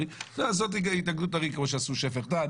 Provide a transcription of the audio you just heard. צריך לעשות התאגדות ערים כמו שעשו שפך דן